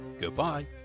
Goodbye